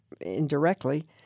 indirectly